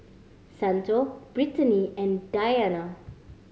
Santo Brittany and Diane